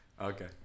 okay